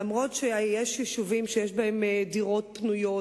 אך-על-פי שיש יישובים שיש בהם דירות פנויות